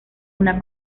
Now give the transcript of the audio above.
una